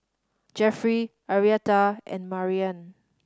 Jeffery Arietta and Mariann